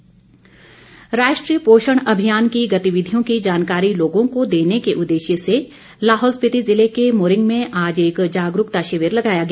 पोषण अभियान राष्ट्रीय पोषण अभियान की गतिविधियों की जानकारी लोगों को देने के उद्देश्य से लाहौल स्पिति जिले के मुरिंग में आज एक जागरूकता शिविर लगाया गया